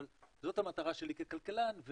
אבל זאת המטרה שלי ככלכלן.